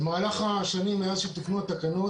במהלך השנים מאז שתיקנו את התקנות,